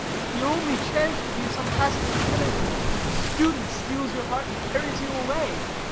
your only chance will be if some passing lieutenant or student steals your heart and carries you away.